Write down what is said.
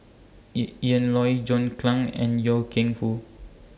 Ian Loy John Clang and Loy Keng Foo